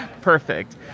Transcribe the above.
perfect